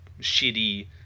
shitty